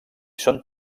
són